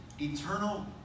Eternal